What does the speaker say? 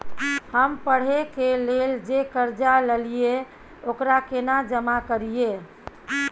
हम पढ़े के लेल जे कर्जा ललिये ओकरा केना जमा करिए?